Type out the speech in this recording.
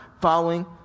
following